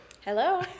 Hello